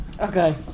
Okay